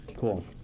Cool